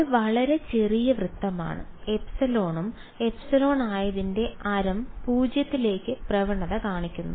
ഇത് വളരെ ചെറിയ വൃത്തമാണ് ε ഉം ε ആയതിന്റെ ആരം 0 ലേക്ക് പ്രവണത കാണിക്കുന്നു